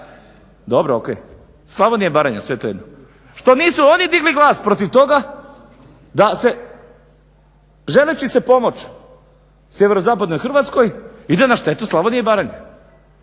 Dobro, ok. Slavonija i Baranja, sve je to jedno. Što nisu oni digli glas protiv toga da se želeći se pomoć SZ Hrvatskoj ide na štetu Slavonije i Baranje.